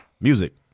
Music